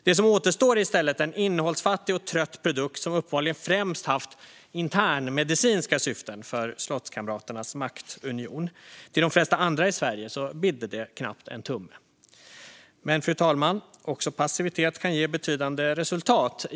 Det som återstår är en innehållsfattig och trött produkt som uppenbarligen främst haft internmedicinska syften för slottskamraternas maktunion. Till de flesta andra i Sverige bidde det knappt en tumme. Men, fru talman, också passivitet kan ge betydande resultat.